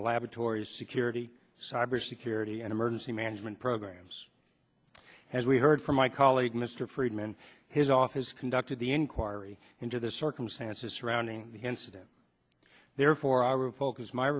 the laboratories security cyber security and emergency management programs as we heard from my colleague mr friedman his office conducted the inquiry into the circumstances surrounding the incident therefore i